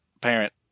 parent